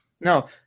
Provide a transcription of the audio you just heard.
No